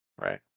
right